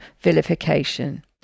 vilification